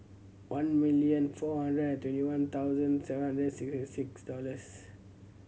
one million four hundred and twenty one thousand seven hundred and sixty six dollors